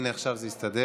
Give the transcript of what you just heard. הינה, עכשיו זה הסתדר.